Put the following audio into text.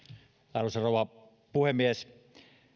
arvoisa rouva puhemies